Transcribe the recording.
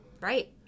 Right